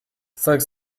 cinq